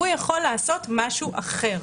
הוא יכול לעשות משהו אחר.